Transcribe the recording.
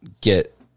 get